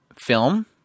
film